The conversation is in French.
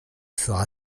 fera